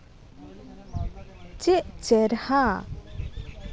ᱪᱮᱫ ᱪᱮᱨᱦᱟ